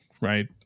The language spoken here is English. right